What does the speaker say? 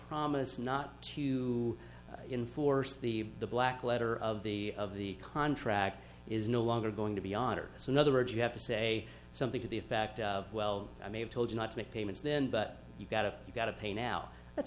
promise not to enforce the black letter of the of the contract is no longer going to be on or so in other words you have to say something to the fact of well i may have told you not to make payments then but you've got to you've got to pay now that's